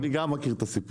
אני גם מכיר את הסיפור,